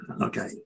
okay